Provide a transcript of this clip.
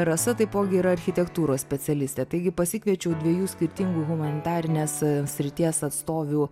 rasa taipogi yra architektūros specialistė taigi pasikviečiau dviejų skirtingų humanitarinės srities atstovių